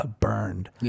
burned